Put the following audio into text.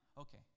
Okay